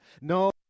No